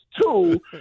Two